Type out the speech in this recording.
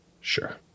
Sure